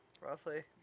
roughly